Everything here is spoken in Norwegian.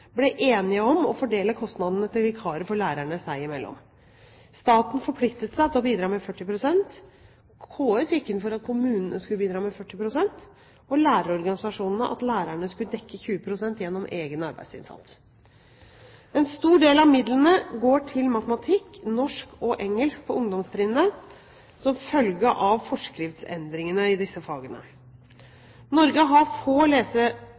ble enige om å fordele kostnadene til vikarer for lærerne seg imellom. Staten forpliktet seg til å bidra med 40 pst., KS gikk inn for at kommunene skulle bidra med 40 pst., og lærerorganisasjonene at lærerne skulle dekke 20 pst. gjennom egen arbeidsinnsats. En stor del av midlene går til matematikk, norsk og engelsk på ungdomstrinnet som følge av forskriftsendringen i disse fagene. Norge har få